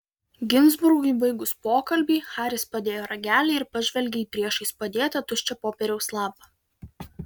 ginzburgui baigus pokalbį haris padėjo ragelį ir pažvelgė į priešais padėtą tuščią popieriaus lapą